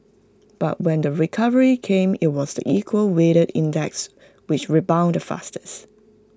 but when the recovery came IT was the equal weighted index which rebounded the fastest